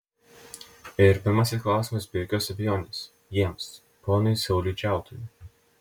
ir pirmasis klausimas be jokios abejonės jiems ponui sauliui džiautui